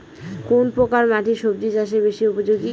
কোন প্রকার মাটি সবজি চাষে বেশি উপযোগী?